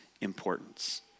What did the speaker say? importance